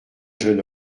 jeune